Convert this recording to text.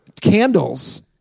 Candles